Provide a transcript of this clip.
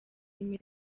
impeta